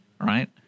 right